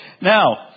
Now